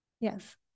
Yes